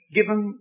given